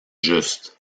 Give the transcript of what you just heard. juste